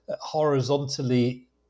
horizontally